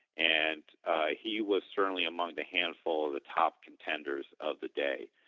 and he was certainly among the handful of the top contenders of the day.